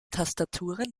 tastaturen